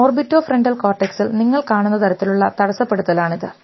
orbitofrontal കോർടെക്സിൽ നിങ്ങൾ കാണുന്ന തരത്തിലുള്ള തടസ്സപ്പെടുത്തലാണിത്